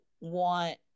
want